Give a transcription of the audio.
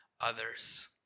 others